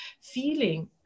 feeling